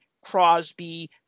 Crosby